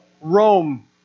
Rome